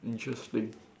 interesting